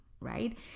right